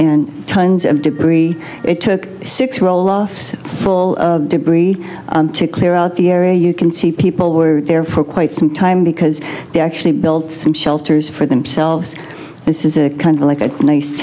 and tons of debris it took six roll offs full debris to clear out the area you can see people were there for quite some time because they actually built some shelters for themselves this is a kind of like a nice